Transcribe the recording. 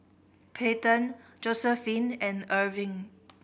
Peyton Josiephine and Erving